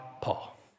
Paul